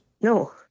No